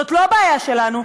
זאת לא בעיה שלנו,